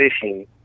fishing